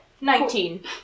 nineteen